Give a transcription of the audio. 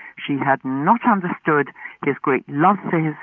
she had not understood his great. nothing.